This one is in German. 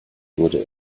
wurde